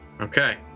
Okay